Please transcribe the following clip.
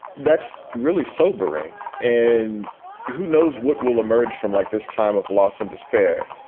that's really sobering. and who knows what will emerge from like this time of loss and despair.